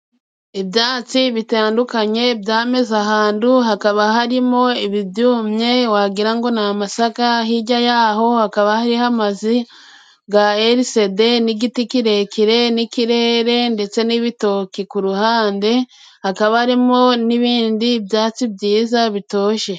Ibyatsi bitandukanye byameze ahantu hakaba harimo ibi byumye wagirango ni amasaka, hijya yaho hakaba hariho amazi ga elicede n'igiti kirekire n'ikirere ndetse n'ibitoki ku ruhande, hakaba harimo n'ibindi byatsi byiza bitoshe.